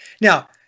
Now